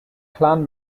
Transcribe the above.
clan